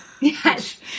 Yes